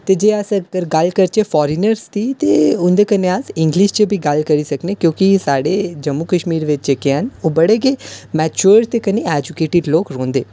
ते जेकर अस गल्ल करचै फार्नर दी ते उं'दे कन्नै अस इंग्लिश च बी गल्ल करी सकने क्योंकि साढ़े जम्मू कश्मीर बिच जेह्के हैन ओह् बड़े गै मैचुअर ते कन्नै एजूकेटेड लोक रौंह्दे